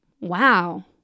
wow